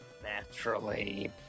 naturally